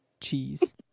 Cheese